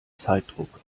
zeitdruck